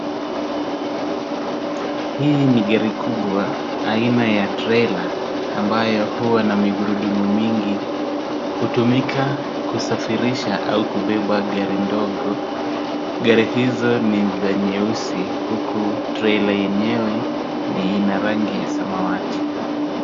Hii ni gari kubwa aina ya trailer ambayo huwa na migurudumu mingi. Hutumika kusafirisha au kubeba gari ndogo. Gari hizo ni za nyeusi huku trailer yenyewe ina rangi ya samawati.